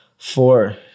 Four